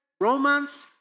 romance